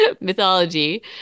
mythology